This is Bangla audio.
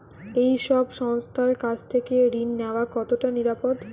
এই সব সংস্থার কাছ থেকে ঋণ নেওয়া কতটা নিরাপদ?